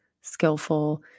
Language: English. skillful